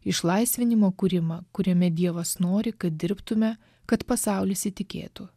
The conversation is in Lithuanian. išlaisvinimo kūrimą kuriame dievas nori kad dirbtume kad pasaulis įtikėtų